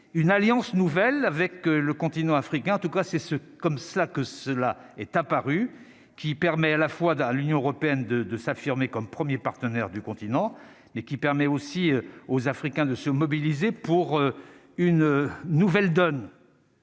une alliance nouvelle avec le continent africain, en tout cas c'est ce comme cela que cela est apparu qui permet à la fois dans l'Union européenne de de s'affirmer comme 1er partenaire du continent, mais qui permet aussi aux Africains de se mobiliser pour une nouvelle donne